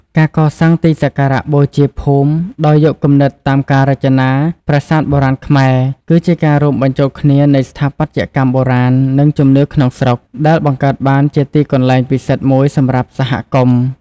ការកសាងទីសក្ការៈបូជាភូមិ ដោយយកគំនិតតាមការរចនាប្រាសាទបុរាណខ្មែរ គឺជាការរួមបញ្ចូលគ្នានៃស្ថាបត្យកម្មបុរាណ និងជំនឿក្នុងស្រុក ដែលបង្កើតបានជាទីកន្លែងពិសិដ្ឋមួយសម្រាប់សហគមន៍។